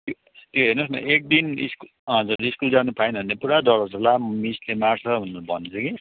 ए हेर्नुहोस् न एकदिन इस्कु हजुर स्कुल जानु पाएन भने पुरा डराउँछ ला मिसले मार्छ भनेर भन्छ कि